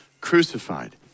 crucified